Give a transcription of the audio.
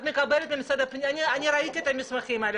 את מקבלת ממשרד הפנים אני ראיתי את המסמכים האלה.